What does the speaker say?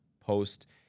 post